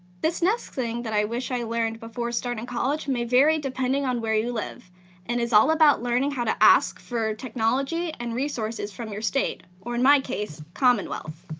this next thing that i wish i learned before starting college may vary depending on where you live and is all about learning how to ask for technology and resources from your state or, in my case, commonwealth.